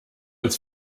ins